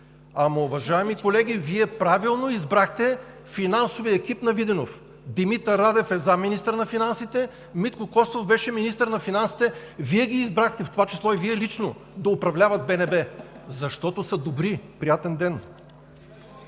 Ама уважаеми колеги, Вие правилно избрахте финансовия екип на Виденов – Димитър Радев е заместник-министър на финансите, Митко Костов беше министър на финансите, Вие ги избрахте, в това число и Вие лично, да управляват БНБ! Защото са добри. Приятен ден!